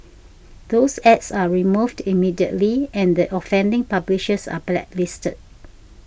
those ads are removed immediately and the offending publishers are blacklisted